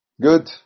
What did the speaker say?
good